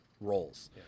roles